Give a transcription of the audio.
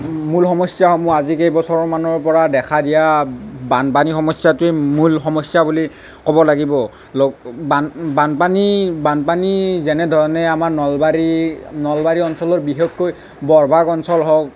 মূল সমস্যাসমূহ আজি কেইবছৰ মানৰ পৰা দেখা দিয়া বানপানী সমস্যাটোৱে মূল সমস্যা বুলি ক'ব লাগিব বান বানপানী বানপানী যেনে ধৰণে আমাৰ নলবাৰী নলবাৰী অঞ্চলৰ বিশেষকৈ বৰভাগ অঞ্চল হওক